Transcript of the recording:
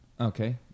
okay